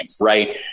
right